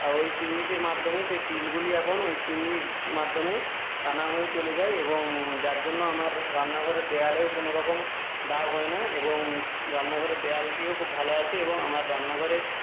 ওই চিমনিটির মাধ্যমে সেই তেলগুলি এখন ওই চিমনির মাধ্যমে টানা হয়ে চলে যায় এবং যার জন্য আমার রান্নাঘরের দেওয়ালেও কোনোরকম দাগ হয় না এবং রান্নাঘরের দেওয়ালটিও খুব ভালো আছে এবং আমার রান্নাঘরে